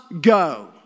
go